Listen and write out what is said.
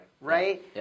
Right